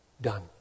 done